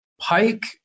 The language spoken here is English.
Pike